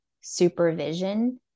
supervision